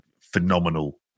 phenomenal